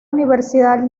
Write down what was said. universidad